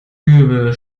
übel